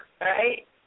right